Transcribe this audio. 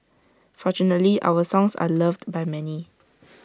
fortunately our songs are loved by many